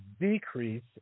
decrease